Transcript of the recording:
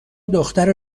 دختر